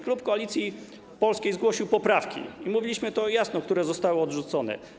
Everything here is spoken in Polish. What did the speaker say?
Klub Koalicja Polska zgłosił poprawki - i mówiliśmy to jasno - które zostały odrzucone.